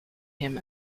him